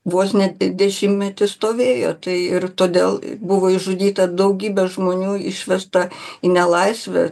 vos ne dešimtmetį stovėjo tai ir todėl buvo išžudyta daugybė žmonių išvežta į nelaisvę